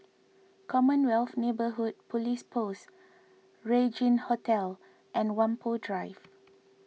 Commonwealth Neighbourhood Police Post Regin Hotel and Whampoa Drive